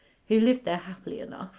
who lived there happily enough,